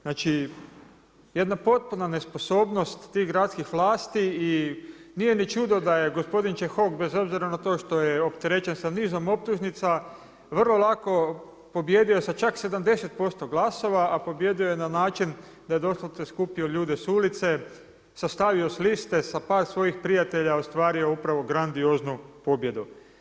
Znači, jedna potpuna nesposobnost tih gradskih vlasti i nije ni čudo da je gospodin Čehok bez obzira na to što je opterećen sa nizom optužnica vrlo lako pobijedio sa čak 70% glasova, a pobijedio je na način da je doslovce skupio ljude sa ulice, sastavio liste sa par svojih prijatelja, ostvario je upravo grandioznu pobjedu.